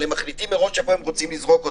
אבל הם מחליטים מראש איפה הם רוצים לזרוק אותה,